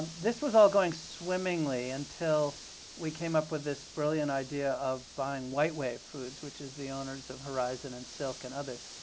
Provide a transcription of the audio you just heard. this was all going swimmingly until we came up with this brilliant idea of buying whitewave foods, which is the owners of horizon, and silk, and others.